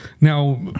Now